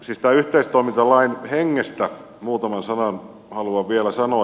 tästä yhteistoimintalain hengestä muutaman sanan haluan vielä sanoa